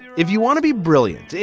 if you want to be brilliant,